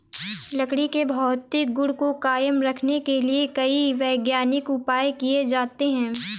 लकड़ी के भौतिक गुण को कायम रखने के लिए कई वैज्ञानिक उपाय किये जाते हैं